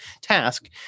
task